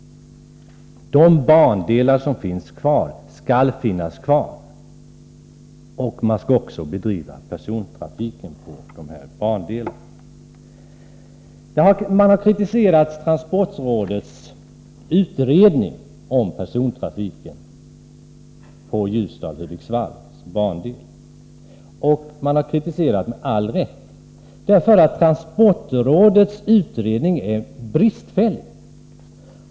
De bandelar som finns kvar skall finnas kvar, och det skall också bedrivas persontrafik på dem. Man har kritiserat transportrådets utredning om persontrafiken på bandelen Ljusdal-Hudiksvall, och det har man gjort med all rätt. Transportrådets utredning är bristfällig.